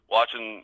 Watching